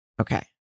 okay